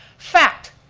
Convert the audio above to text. fact,